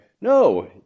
No